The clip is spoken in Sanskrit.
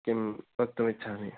किं कर्तुम् इच्छामि